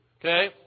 Okay